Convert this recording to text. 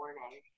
morning